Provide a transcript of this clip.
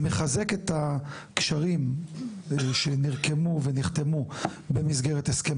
מחזק את הקשרים שנרקמו ונחתמו במסגרת הסכם